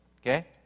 Okay